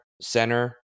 center